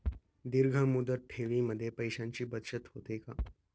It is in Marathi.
दीर्घ मुदत ठेवीमध्ये पैशांची बचत होते का?